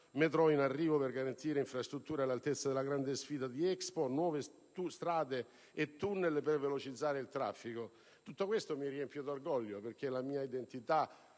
metrò in arrivo per garantire infrastrutture all'altezza della grande sfida dell'Expo, nuove strade e tunnel per velocizzare il traffico. Tutto questo mi riempie di orgoglio perché la mia identità